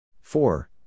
four